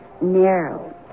narrow